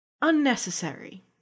unnecessary